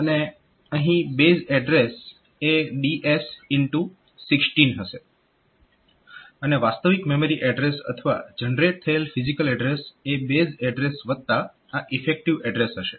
અને અહીં base address એ DSx16 હશે અને વાસ્તવિક મેમરી એડ્રેસ અથવા જનરેટ થયેલ ફીઝીકલ એડ્રેસ એ બેઝ એડ્રેસ વત્તા આ ઈફેક્ટીવ એડ્રેસ હશે